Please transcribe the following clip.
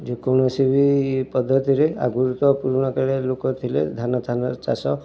ଯେକୌଣସି ବି ପଦ୍ଧତିରେ ଆଗରୁ ତ ପୁରୁଣା କାଳିଆ ଲୋକ ଥିଲେ ଧାନ ଚାଷ